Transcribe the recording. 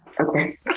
okay